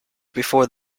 before